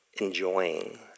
enjoying